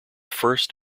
first